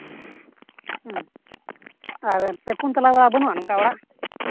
ᱦᱮᱸ ᱯᱮᱱ ᱯᱩᱱ ᱛᱚᱞᱟ ᱵᱟᱹᱱᱩᱜᱼᱟ ᱱᱚᱝᱠᱟ ᱚᱲᱟᱜ